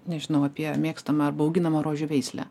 nežinau apie mėgstamą arba auginamą rožių veislę